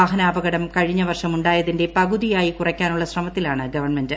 വാഹനാപകടം കഴിഞ്ഞ വർഷം ഉായതിന്റെ പകുതിയായി കുറക്കാനുള്ള ശ്രമത്തിലാണ് ഗവൺമെന്റ്